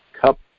cup